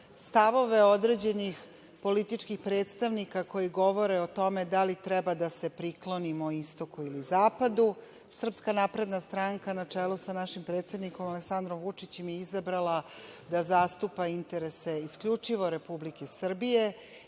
stavove određenih političkih predstavnika koji govore o tome da li treba da se priklonimo istoku ili zapadu SNS na čelu sa našim predsednikom Aleksandrom Vučićem je izabrala da zastupa interese isključivo Republike Srbije